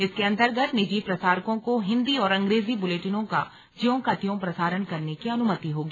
इसके अंतर्गत निजी प्रसारकों को हिन्दी और अंग्रेजी बुलेटिनों का ज्यों का त्यों प्रसारण करने की अनुमति होगी